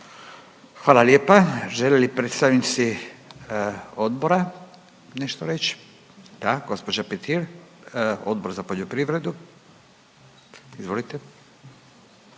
Hvala lijepa. Žele li predstavnici odbora nešto reći? Da, gospođa Petir, Odbor za poljoprivredu. Izvolite.